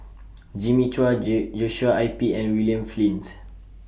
Jimmy Chua Joshua Ip and William Flint